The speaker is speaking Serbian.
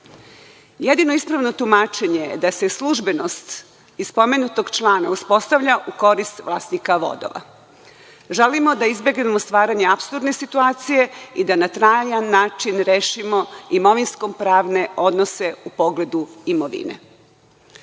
d.o.o“.Jedino ispravno tumačenje je da se službenost iz pomenutog člana uspostavlja u korist vlasnika vodova. Želimo da izbegnemo stvaranje apsurdne situacije i da na trajan način rešimo imovinsko-pravne odnose u pogledu